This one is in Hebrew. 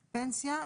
פנסיה,